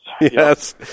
Yes